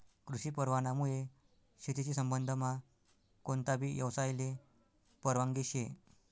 कृषी परवानामुये शेतीशी संबंधमा कोणताबी यवसायले परवानगी शे